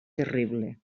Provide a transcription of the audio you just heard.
terrible